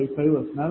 055 असणार नाही